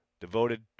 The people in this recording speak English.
devoted